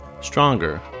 stronger